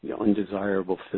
undesirable